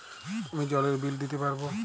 আমি জলের বিল দিতে পারবো?